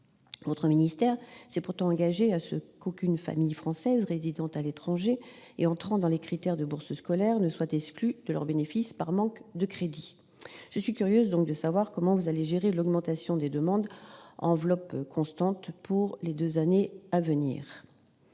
Votre ministère s'est pourtant engagé à ce qu'aucune famille française résidant à l'étranger et répondant aux critères d'obtention des bourses scolaires ne soit exclue de leur bénéfice par manque de crédits. Je suis donc curieuse de savoir comment vous allez gérer l'augmentation des demandes à enveloppe constante pour les deux ans à venir